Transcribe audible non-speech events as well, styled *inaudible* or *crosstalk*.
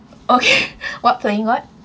okay *laughs* what thing what